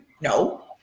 No